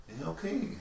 Okay